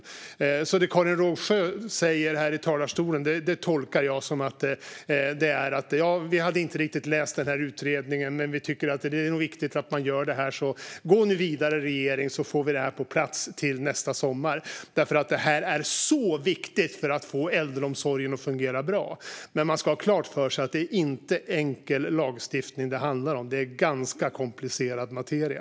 Det Karin Rågsjö säger tolkar jag så här: Ja, vi hade inte riktigt läst den här utredningen, men vi tycker att det är viktigt att man gör det här. Gå nu vidare, regeringen, så får vi det här på plats till nästa sommar! Det här är så viktigt för att få äldreomsorgen att fungera bra. Men man ska ha klart för sig att det inte är enkel lagstiftning det handlar om. Det är ganska komplicerad materia.